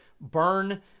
burn